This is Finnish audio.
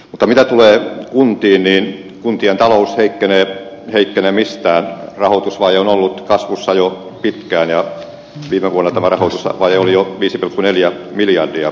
mutta mitä tulee kun tyynen kuntien talous heikkenee heikkenemistään rahoitusvaje on ollut kasvussa jo pitkään ja virvoletavaratalossa vaje oli jo viisi pilkku neljä miljardia